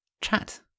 chat